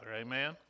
Amen